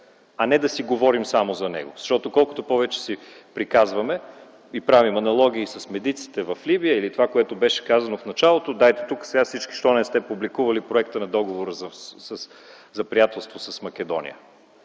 а не да си говорим само за него. Колкото повече си приказваме и правим аналогии с медиците в Либия или това, което беше казано в началото – дайте тук, защо не сте публикували проекта на договора за приятелство с Македония